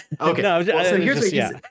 Okay